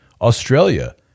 Australia